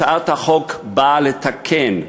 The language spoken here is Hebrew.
הצעת החוק באה לתקן.